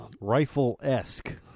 rifle-esque